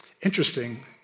Interesting